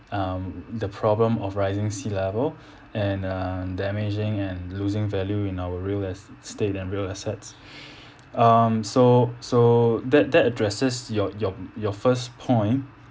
um the problem of rising sea level and uh damaging and losing value in our real estate and real assets um so so that that addresses your your your first point